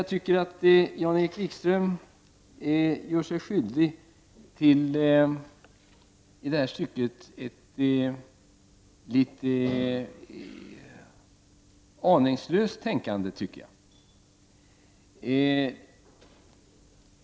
Jag tycker att Jan-Erik Wikström här gör sig skyldig till ett litet aningslöst tänkande.